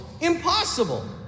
impossible